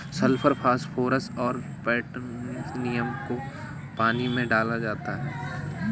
sulphur phosphorus और potassium को पानी में डाला जाता है